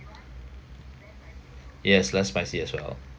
yes less spicy as well